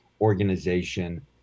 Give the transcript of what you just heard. organization